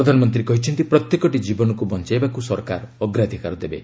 ପ୍ରଧାନମନ୍ତ୍ରୀ କହିଛନ୍ତି ପ୍ରତ୍ୟେକଟି ଜୀବନକୁ ବଞ୍ଚାଇବାକୁ ସରକାର ଅଗ୍ରାଧିକାର ଦେବେ